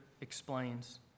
explains